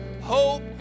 hope